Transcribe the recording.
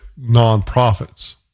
nonprofits